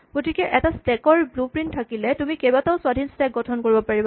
গতিকে এটা স্টেক ৰ ব্লু প্ৰিন্ট থাকিলে তুমি কেইবাটাও স্বাধীন স্টেক গঠন কৰিব পাৰিবা